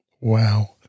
wow